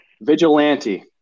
Vigilante